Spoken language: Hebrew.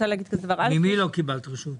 ממי לא קיבלת רשות?